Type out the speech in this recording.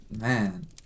Man